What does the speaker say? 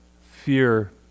Fear